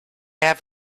have